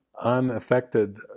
unaffected